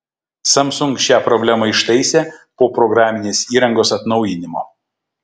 samsung šią problemą ištaisė po programinės įrangos atnaujinimo